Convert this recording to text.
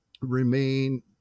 remain